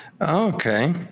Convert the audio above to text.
Okay